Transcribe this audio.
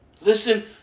Listen